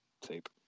Tape